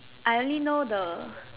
I only know the